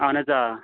اہن حظ آ